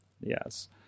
yes